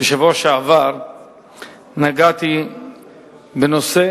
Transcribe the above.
בשבוע שעבר נגעתי בנושא